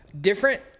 different